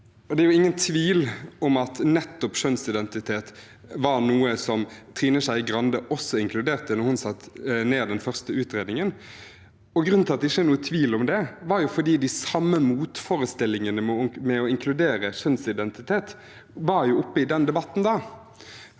Det er ingen tvil om at nettopp kjønnsidentitet var noe som Trine Skei Grande også inkluderte da hun satte ned den første utredningen. Grunnen til at det ikke er noen tvil om det, er at de samme motforestillingene mot å inkludere kjønnsidentitet var oppe i den debatten